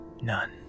None